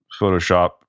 photoshop